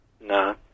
No